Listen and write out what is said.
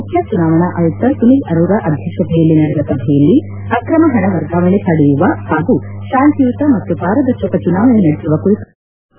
ಮುಖ್ಯ ಚುನಾವಣಾ ಆಯುಕ್ತ ಸುನೀಲ್ ಅರೋರಾ ಅಧ್ಯಕ್ಷತೆಯಲ್ಲಿ ನಡೆದ ಸಭೆಯಲ್ಲಿ ಅಕ್ರಮ ಹಣ ವರ್ಗಾವಣೆ ತಡೆಯುವ ಹಾಗೂ ಶಾಂತಿಯುತ ಮತ್ತು ಪಾರದರ್ಶಕ ಚುನಾವಣೆ ನಡೆಸುವ ಕುರಿತು ಚರ್ಚಿಸಲಾಯಿತು